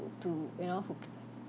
f~ to you know who